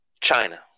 china